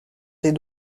des